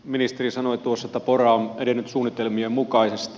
ministeri sanoi tuossa että pora on edennyt suunnitelmien mukaisesti